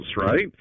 right